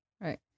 Right